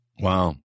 Wow